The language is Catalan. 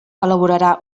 elaborarà